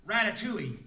Ratatouille